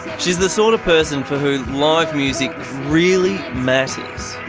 she's the sort of person for who live music really matters.